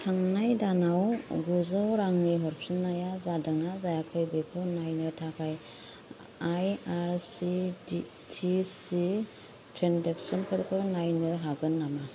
थांनाय दानाव गुजौ रांनि हरफिननाया जादोंना जायाखै बेखौ नायनो थाखाय I R C T C ट्रेन्जेकसनफोरखौ नायनो हागोन नामा